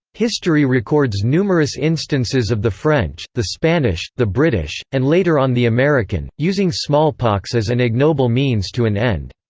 history records numerous instances of the french, the spanish, the british, and later on the american, using smallpox as an ignoble means to an end.